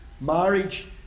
marriage